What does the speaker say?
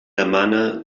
demana